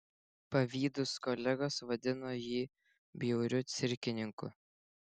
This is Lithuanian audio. pavydūs kolegos vadino jį bjauriu cirkininku